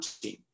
team